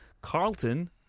Carlton